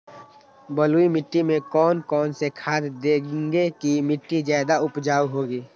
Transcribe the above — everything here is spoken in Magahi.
बलुई मिट्टी में कौन कौन से खाद देगें की मिट्टी ज्यादा उपजाऊ होगी?